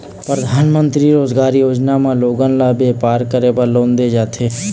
परधानमंतरी रोजगार योजना म लोगन ल बेपार करे बर लोन दे जाथे